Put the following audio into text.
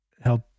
help